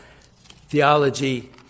theology